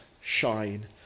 shine